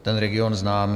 Ten region znám.